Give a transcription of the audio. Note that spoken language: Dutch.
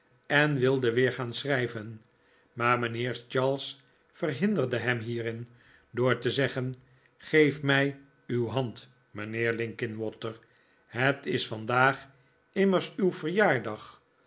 en wilde weer gaan schrijven maar mijnheer charles verhinderde hem hierin door te zeggen geef mij uw hand mijnheer linkinwater het is vandaag immers uw verjaardag